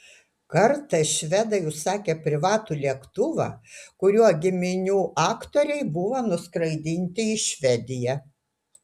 kartą švedai užsakė privatų lėktuvą kuriuo giminių aktoriai buvo nuskraidinti į švediją